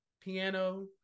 piano